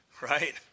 right